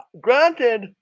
Granted